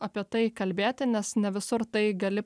apie tai kalbėti nes ne visur tai gali